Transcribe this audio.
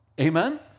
Amen